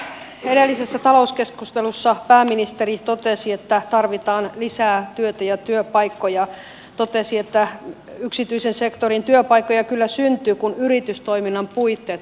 edellisessä talouskeskustelussa pääministeri totesi että tarvitaan lisää työtä ja työpaikkoja totesi että yksityisen sektorin työpaikkoja kyllä syntyy kun yritystoiminnan puitteet ovat kunnossa